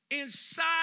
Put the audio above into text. Inside